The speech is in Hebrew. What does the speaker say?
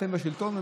אתם בשלטון,